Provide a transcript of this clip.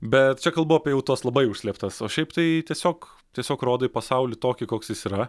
bet čia kalbu apie jau tuos labai užslėptas o šiaip tai tiesiog tiesiog rodai pasaulį tokį koks jis yra